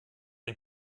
ein